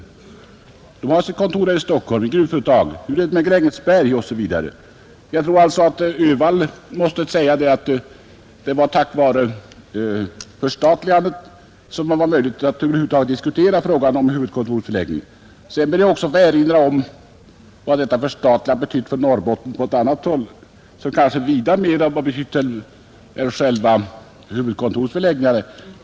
Det har sitt huvudkontor här i Stockholm. Hur är det med Grängesberg osv.? Jag tror att herr Öhvall måste erkänna att det var tack vare förstatligandet som man över huvud taget fick möjlighet att diskutera frågan om huvudkontorets förläggning. Jag ber också att få erinra om vad detta förstatligande betytt för Norrbotten — kanske vida mer än själva huvudkontorets förläggning — på ett annat område.